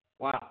Wow